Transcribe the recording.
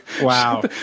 wow